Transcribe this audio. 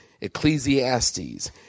Ecclesiastes